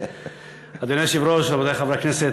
אדוני היושב-ראש, רבותי חברי הכנסת,